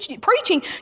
preaching